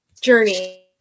journey